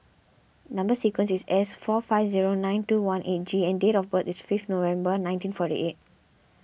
Number Sequence is S four five zero nine two one eight G and date of birth is fifth November nineteen forty eight